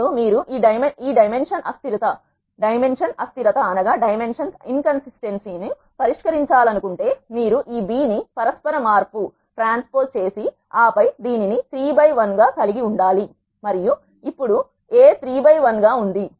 ఇప్పుడు మీరు ఈ డై మెన్షన్ అస్థిరత ను పరిష్కరించాలనుకుంటే మీరు ఈ B ని పరస్పర మార్పు చేసి ఆపై దీనిని 3 బై 1 గా కలిగి ఉండాలి మరియు ఇప్పుడు A 3 బై 1 గా ఉంది